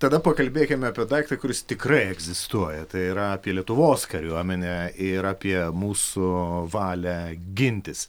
tada pakalbėkim apie daiktą kuris tikrai egzistuoja tai yra apie lietuvos kariuomenę ir apie mūsų valią gintis